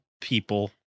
people